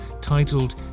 titled